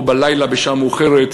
או בלילה בשעה מאוחרת,